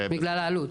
בגלל העלות.